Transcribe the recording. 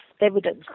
evidence